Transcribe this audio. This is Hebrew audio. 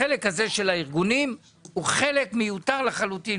החלק הזה של הארגונים הוא חלק מיותר לחלוטין.